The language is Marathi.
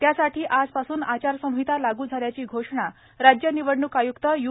त्यासाठी आजपासून आचारसंहिता लागू झाल्याची घोषणा राज्य निवडणूक आय्क्त यू